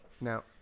Now